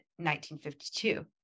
1952